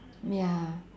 ya